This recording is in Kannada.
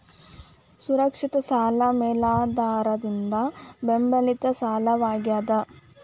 ಸುರಕ್ಷಿತ ಸಾಲ ಮೇಲಾಧಾರದಿಂದ ಬೆಂಬಲಿತ ಸಾಲವಾಗ್ಯಾದ